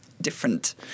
different